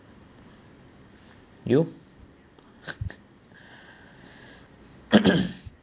you